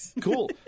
Cool